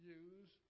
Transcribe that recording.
use